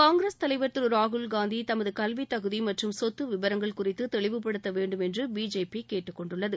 காங்கிரஸ் தலைவர் திரு ராகுல் காந்தி தனது கல்வி தகுதி மற்றும் சொத்து விபரங்கள் குறித்து தெளிவுப்படுத்த வேண்டும் என்று பிஜேபி கேட்டுக்கொண்டுள்ளது